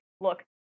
Look